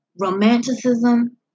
romanticism